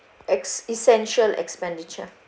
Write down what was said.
as essential expenditure